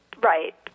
Right